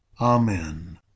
Amen